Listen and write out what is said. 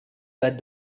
that